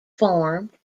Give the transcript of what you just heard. formed